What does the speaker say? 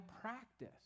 practice